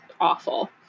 Awful